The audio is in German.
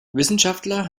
wissenschaftler